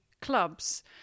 clubs